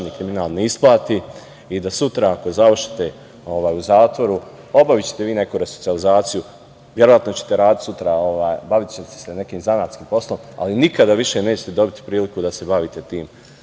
kriminal ne isplati i da sutra ako završite u zatvoru, obavićete vi neku resocijalizaciju, verovatno ćete raditi sutra, bavićete se nekim zanatskim poslom, ali nikada više nećete dobiti priliku da se bavite tim